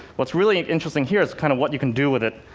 what's really interesting here is kind of what you can do with it